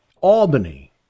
Albany